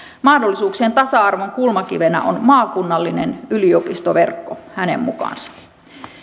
mahdollisuuksien tasa arvon kulmakivenä on maakunnallinen yliopistoverkko